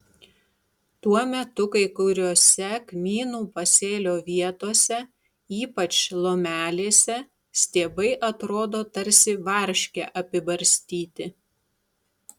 tuo metu kai kuriose kmynų pasėlio vietose ypač lomelėse stiebai atrodo tarsi varške apibarstyti